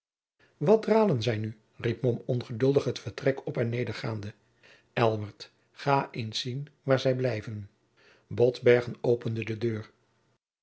wat dralen zij nu riep mom ongeduldig het vertrek op en neder gaande elbert ga eens zien waar zij blijven botbergen opende de deur